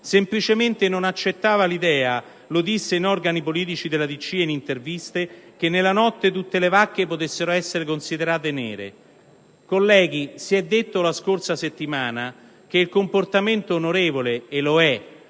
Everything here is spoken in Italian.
Semplicemente non accettava l'idea - lo disse in organi politici della DC e in interviste - che nella notte tutte le vacche potessero essere considerate nere. Colleghi, si è detto la scorsa settimana che il comportamento onorevole - e lo è